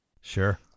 Sure